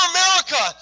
America